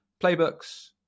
playbooks